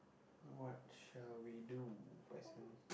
what shall we do as in